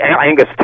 Angus